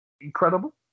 incredible